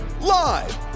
live